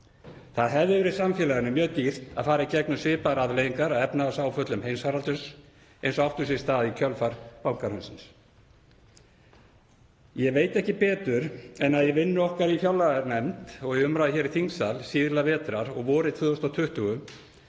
Það hefði verið samfélaginu mjög dýrt að fara í gegnum svipaðar afleiðingar af efnahagsáföllum heimsfaraldurs og áttu sér stað í kjölfar bankahrunsins. Ég veit ekki betur en að í vinnu okkar í fjárlaganefnd og í umræðum hér í þingsal síðla vetrar og vorið 2020